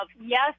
yes